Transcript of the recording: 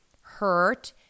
hurt